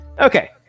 Okay